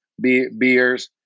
beers